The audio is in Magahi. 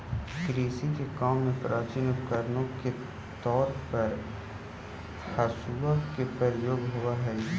कृषि के काम में प्राचीन उपकरण के तौर पर हँसुआ के प्रयोग होवऽ हई